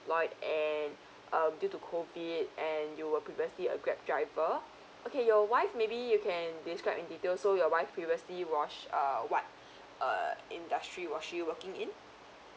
and um due to COVID and you were previously a grab driver okay your wife maybe you can describe in detail so your wife previously was uh what uh industry was she working in